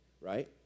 right